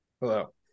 Hello